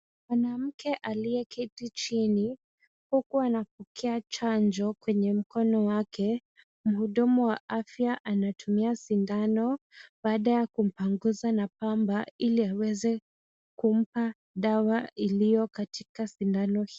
Mwanamke aliyeketi chini huku anapokea chanjo kwenye mkono wake. Mhudumu wa afya anatumia sindano baada ya kumpanguza na pamba ili aweze kumpa dawa iliyo kwa shindano hiyo.